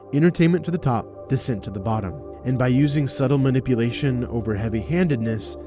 entertainment to the top, dissent to the bottom. and by using subtle manipulation over heavy-handedness,